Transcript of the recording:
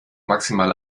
maximal